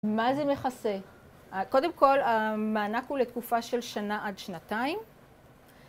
מה זה מכסה? קודם כל, המענק הוא לתקופה של שנה עד שנתיים.